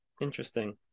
Interesting